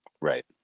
Right